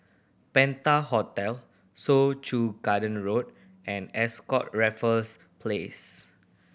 Penta Hotel Soo Chow Garden Road and Ascott Raffles Place